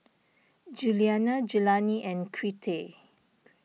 Juliana Jelani and Crete